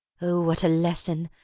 oh, what a lesson!